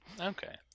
Okay